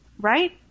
Right